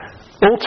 Ultimately